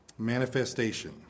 Manifestation